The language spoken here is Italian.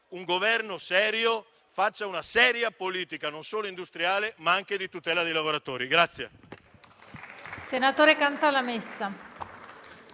un Governo serio faccia una seria politica non solo industriale, ma anche di tutela dei lavoratori.